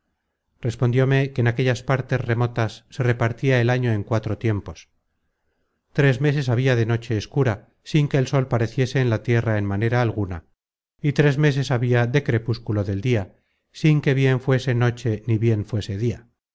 respondióme que en aquellas partes remotas se repartia el año en cuatro tiempos tres meses habia de noche escura sin que el sol pareciese en la tierra en manera alguna y tres meses habia de crepúsculo del dia sin que bien fuese noche ni bien fuese dia